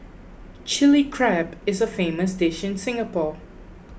Chilli Crab is a famous dish in Singapore